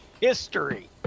history